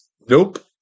Nope